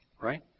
right